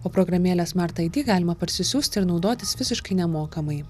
o programėlę smart id galima parsisiųsti ir naudotis visiškai nemokamai